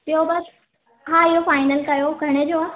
ॿियो बसि हा इहो फाइनल कयो घणे जो आहे